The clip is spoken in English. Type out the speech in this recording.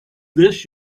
this